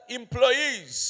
employees